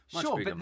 sure